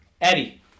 Eddie